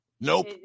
nope